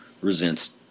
resents